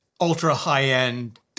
ultra-high-end